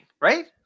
right